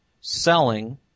selling